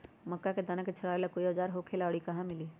मक्का के दाना छोराबेला कोई औजार होखेला का और इ कहा मिली?